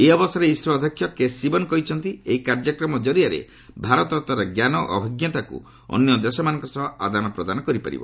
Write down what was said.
ଏହି ଅବସରରେ ଇସ୍ରୋ ଅଧ୍ୟକ୍ଷ କେ ଶିବନ୍ କହିଛନ୍ତି ଏହି କାର୍ଯ୍ୟକ୍ରମ ଜରିଆରେ ଭାରତ ତାର ଜ୍ଞାନ ଓ ଅଭିଜ୍ଞତାକୁ ଅନ୍ୟ ଦେଶମାନଙ୍କ ସହ ଆଦାନପ୍ରଦାନ କରିପାରିବ